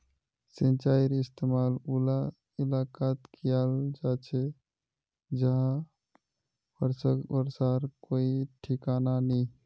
सिंचाईर इस्तेमाल उला इलाकात कियाल जा छे जहां बर्षार कोई ठिकाना नी